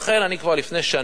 לכן, אני כבר לפני שנה,